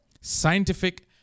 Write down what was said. scientific